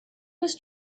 was